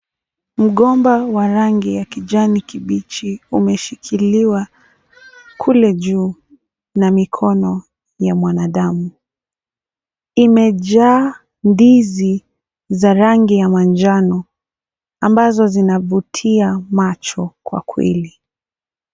Mgomba wa rangi ya kijani kibichi umeshikiliwa kule juu, na mikono ya mwanadamu. Imejaa ndizi, za rangi ya manjano, ambazo zinavutia macho kwa kweli.